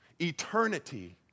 Eternity